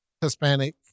Hispanic